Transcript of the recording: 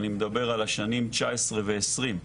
אני מדבר על השנים 2019 ו-2020,